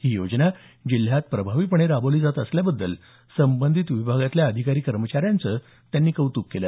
ही योजना जिल्ह्यात प्रभावीपणे राबवली जात असल्याबद्दल संबंधित विभागातल्या अधिकारी कर्मचाऱ्यांचं त्यांनी कौतुक केलं